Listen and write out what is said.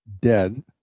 dead